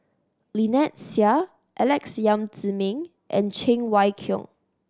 Lynnette Seah Alex Yam Ziming and Cheng Wai Keung